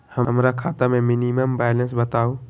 हमरा खाता में मिनिमम बैलेंस बताहु?